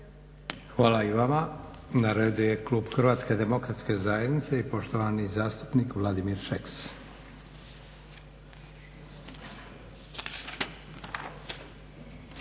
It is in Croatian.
Hvala i vama. Na redu je klub HDZ-a i poštovani zastupnik Vladimir Šeks.